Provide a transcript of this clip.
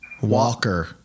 Walker